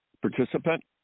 participant